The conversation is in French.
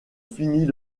finit